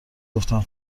گفتم